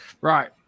Right